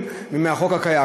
מהחוק הקיים,